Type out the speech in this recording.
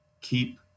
keep